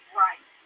right